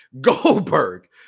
Goldberg